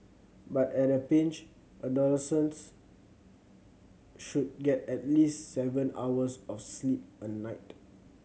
but at a pinch adolescents should get at least seven hours of sleep a night